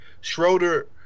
Schroeder